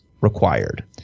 required